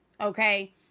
okay